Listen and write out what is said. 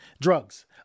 drugs